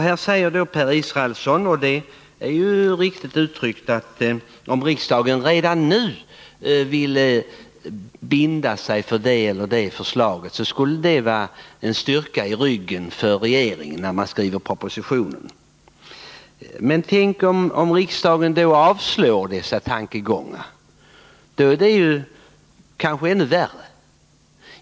Här säger Per Israelsson — och det är ju riktigt i och för sig — att om riksdagen redan nu vill binda sig för det eller det förslaget, skulle det vara någonting att ha i ryggen för regeringen när den sedan skall skriva propositionen. Men tänk om riksdagen då inte skulle följa dessa tankegångar utan avslå förslagen — då bleve det kanske ännu värre.